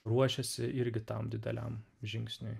ruošiasi irgi tam dideliam žingsniui